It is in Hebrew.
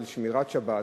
של שמירת שבת,